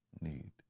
need